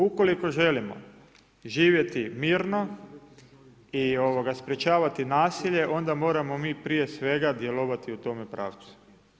Ukoliko želimo živjeti mirno i sprečavati nasilje onda moramo mi prije svega djelovati u tome pravcu.